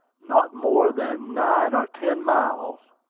not more than nine or ten miles.